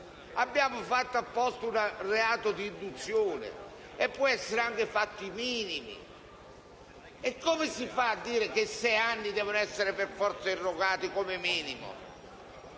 Abbiamo previsto appositamente un reato di induzione, che può consistere anche in fatti minimi. Come si fa a dire che sei anni devono essere per forza erogati come minimo?